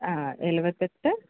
எழுவத்தெட்டு